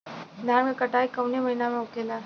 धान क कटाई कवने महीना में होखेला?